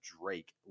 Drake